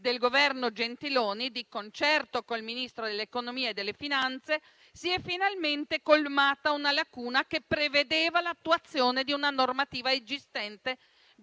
del Governo Gentiloni, di concerto con il Ministro dell'economia e delle finanze, si è finalmente colmata una lacuna che prevedeva l'attuazione di una normativa esistente